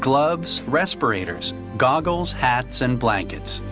gloves, respirators, goggles, hats, and blankets.